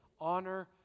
Honor